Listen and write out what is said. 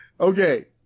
okay